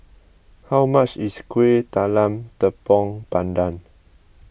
how much is Kueh Talam Tepong Pandan